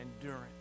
endurance